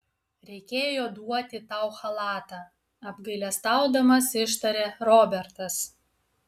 reikėjo duoti tau chalatą apgailestaudamas ištarė robertas